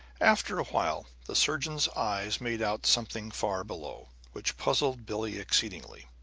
after a while the surgeon's eyes made out something far below, which puzzled billie exceedingly.